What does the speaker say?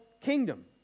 kingdom